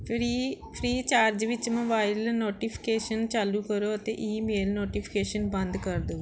free FreeCharge ਵਿੱਚ mobile notifications ਚਾਲੂ ਕਰੋ ਅਤੇ ਈਮੇਲ ਨੋਟੀਫਿਕੇਸ਼ਨ ਬੰਦ ਕਰ ਦਿਓ